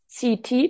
CT